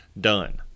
done